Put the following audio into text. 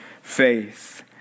faith